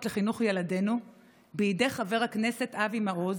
לחינוך ילדינו בידי חבר הכנסת אבי מעוז,